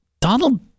donald